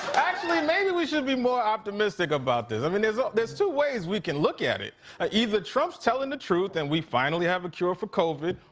actually, maybe we should be more optimistic about this i mean, there's ah two ways we can look at it ah either trump's telling the truth and we finally have a cure for covid,